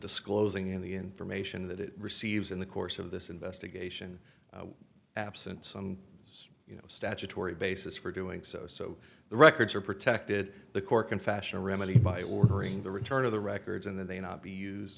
disclosing in the information that it receives in the course of this investigation absent some you know statutory basis for doing so so the records are protected the core can fashion a remedy by ordering the return of the records and that they not be used